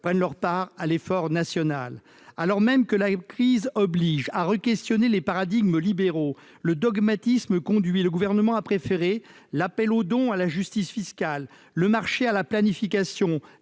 prennent leur part à l'effort national. Alors même que la crise oblige à requestionner les paradigmes libéraux, le dogmatisme conduit le Gouvernement à préférer l'appel aux dons à la justice fiscale, le marché à la planification,